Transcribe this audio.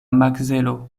makzelo